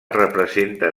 representa